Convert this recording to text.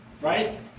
Right